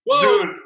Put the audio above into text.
dude